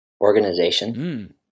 Organization